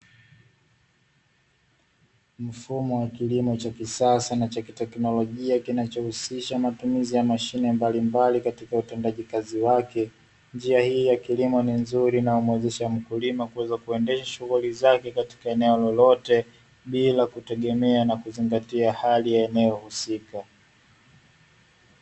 Mfumo wa kilimo cha kisasa na cha kiteknolojia kinachohusisha matumizi ya mashine mbalimbali katika utendaji kazi wake, njia hii ya kilimo ni nzuri inayomuwezesha mkulima kuweza kuendesha shughuli zake katika eneo lolote bila kutegemea na kuzingatia hali ya eneo husika.